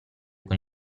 con